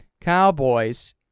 Cowboys